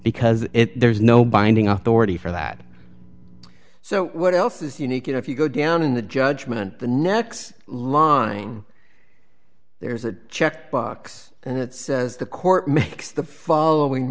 because there's no binding authority for that so what else is unique you know if you go down in the judgment the next line there's a checkbox and it says the court makes the following